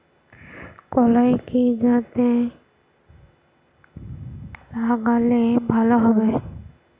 কলাই কি জাতে লাগালে ভালো হবে?